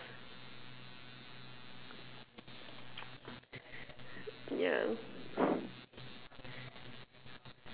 yeah